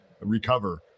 recover